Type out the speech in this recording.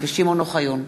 שמעון אוחיון,